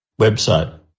website